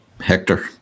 Hector